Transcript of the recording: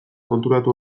konturatu